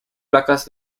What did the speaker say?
placas